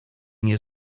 nie